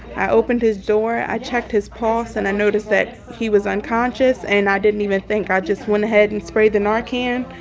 i opened his door. i checked his pulse, and i noticed that he was unconscious, and i didn't even think. i just went ahead and sprayed the narcan,